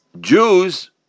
Jews